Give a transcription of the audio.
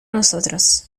nosotros